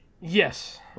Yes